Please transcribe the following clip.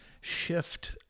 shift